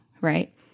right